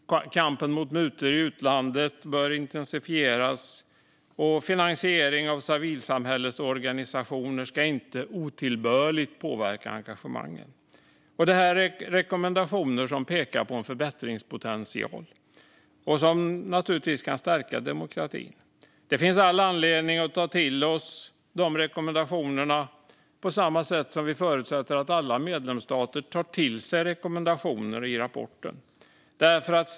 Kampen mot mutor i utlandet bör intensifieras, och finansiering av civilsamhällesorganisationer ska inte otillbörligt påverka engagemanget. Detta är rekommendationer som pekar på en förbättringspotential och som naturligtvis kan stärka demokratin. Det finns all anledning att ta till oss dessa rekommendationer på samma sätt som vi förutsätter att alla medlemsstater tar till sig rekommendationerna i rapporten.